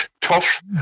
tough